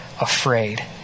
afraid